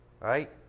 right